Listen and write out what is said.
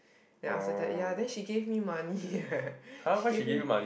then after that ya then she give me money eh she give me